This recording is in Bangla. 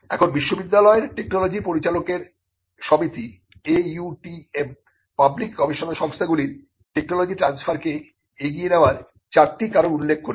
এখন বিশ্ববিদ্যালয়ের টেকনোলজি পরিচালকদের সমিতি AUTM পাবলিক গবেষণা সংস্থাগুলির টেকনোলজি ট্রানস্ফারকে এগিয়ে নেবার চারটি কারণ উল্লেখ করেছে